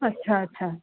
अछा अछा